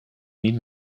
niet